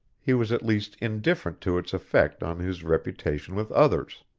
he was at least indifferent to its effect on his reputation with others.